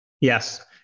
Yes